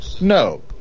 No